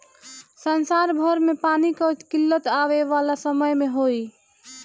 संसार भर में पानी कअ किल्लत आवे वाला समय में होई